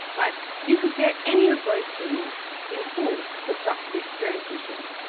but you could get any of those things in full, hooked up to the experience machine.